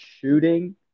shooting